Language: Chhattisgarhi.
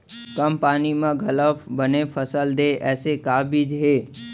कम पानी मा घलव बने फसल देवय ऐसे का बीज हे?